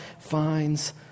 finds